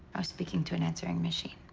i was speaking to an answering machine.